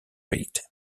reed